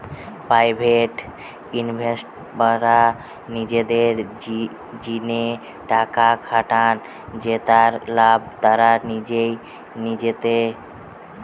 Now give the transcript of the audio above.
private ইনভেস্টররা নিজেদের জিনে টাকা খাটান জেতার লাভ তারা নিজেই নিতেছে